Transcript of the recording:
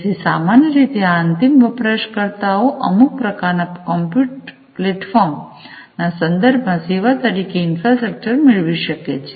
તેથી સામાન્ય રીતે આ અંતિમ વપરાશકર્તાઓ અમુક પ્રકારના કમ્પ્યુટ પ્લેટફોર્મ ના સંદર્ભમાં સેવા તરીકે ઈન્ફ્રાસ્ટ્રક્ચર મેળવી શકે છે